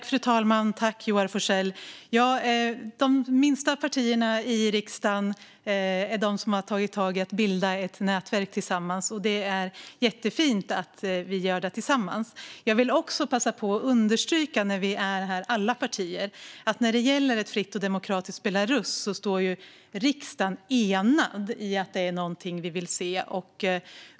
Fru talman! Ja, de minsta partierna i riksdagen är de som har tagit tag i att bilda ett nätverk tillsammans, och det är jättefint att vi gör det tillsammans. Jag vill också passa på att understryka, nu när alla partier är här, att när det gäller ett fritt och demokratiskt Belarus står riksdagen enad i att det är något vi vill se.